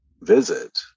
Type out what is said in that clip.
visit